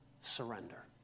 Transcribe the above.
Surrender